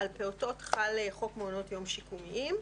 על פעוטות חל חוק מעונות יום שיקומיים,